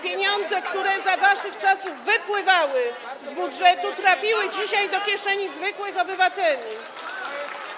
Pieniądze, które za waszych czasów wypływały z budżetu, trafiły dzisiaj do kieszeni zwykłych obywateli.